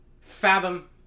fathom